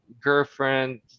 girlfriend